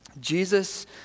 Jesus